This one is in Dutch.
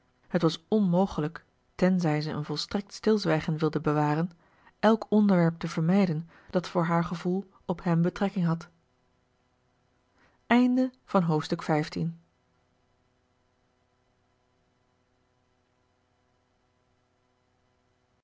het was onmogelijk tenzij ze een volstrekt stilzwijgen wilden bewaren elk onderwerp te vermijden dat voor haar gevoel op hem betrekking had